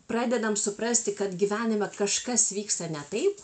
pradedam suprasti kad gyvenime kažkas vyksta ne taip